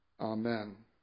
Amen